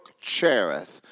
Cherith